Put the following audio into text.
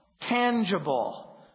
tangible